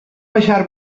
baixar